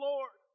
Lord